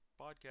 podcast